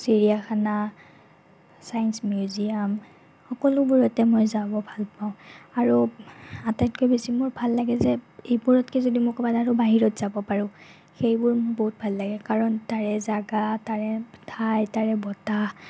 চিৰিয়াখানা science museum সকলোবোৰ ইয়াতে মই যাব ভাল পাওঁ আৰু আটাইতকৈ বেছি মোৰ ভাল লাগে যে এইবোৰতকৈ যদি মই ক'ৰবাত আৰু বাহিৰত যাব পাৰোঁ সেইবোৰ মোৰ বহুত ভাল লাগে কাৰণ তাৰে জেগা তাৰে ঠাই তাৰে বতাহ